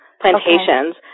plantations